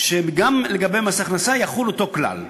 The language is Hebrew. שגם לגבי מס הכנסה יחול אותו כלל.